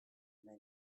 men